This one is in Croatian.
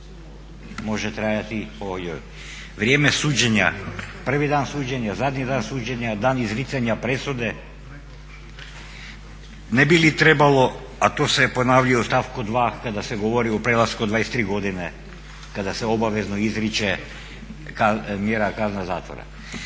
ne razumije./… vrijeme suđenja prvi dan suđenja, zadnji dan suđenja, dan izricanja presude. Ne bi li trebalo, a to se je ponavljalo i u stavku 2.kada se govorio o prelasku 23 godine kad se obavezno izriče mjera kazna zatvora.